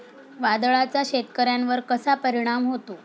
वादळाचा शेतकऱ्यांवर कसा परिणाम होतो?